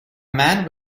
man